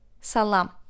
Salam